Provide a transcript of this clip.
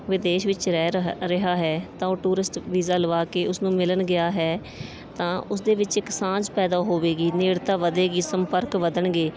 ਵਿਦੇਸ਼ ਵਿੱਚ ਰਹਿ ਰਹ ਰਿਹਾ ਹੈ ਤਾਂ ਉਹ ਟੂਰਿਸਟ ਵੀਜ਼ਾ ਲਗਵਾ ਕੇ ਉਸਨੂੰ ਮਿਲਣ ਗਿਆ ਹੈ ਤਾਂ ਉਸਦੇ ਵਿੱਚ ਇੱਕ ਸਾਂਝ ਪੈਦਾ ਹੋਵੇਗੀ ਨੇੜਤਾ ਵਧੇਗੀ ਸੰਪਰਕ ਵਧਣਗੇ